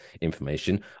information